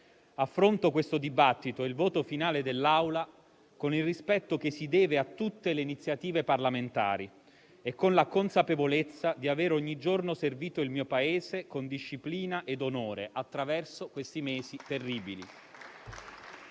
Affronto questo dibattito e il voto finale dell'Aula con il rispetto che si deve a tutte le iniziative parlamentari e con la consapevolezza di avere ogni giorno servito il mio Paese con disciplina ed onore, attraverso questi mesi terribili.